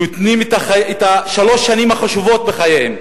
שנותנים את שלוש השנים החשובות בחייהם,